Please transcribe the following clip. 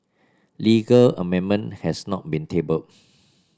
legal amendment has not been tabled